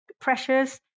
pressures